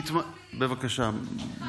בבקשה.